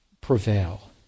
prevail